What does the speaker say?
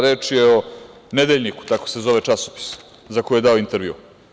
Reč je o „Nedeljniku“, tako se zove časopis za koji je dao intervju.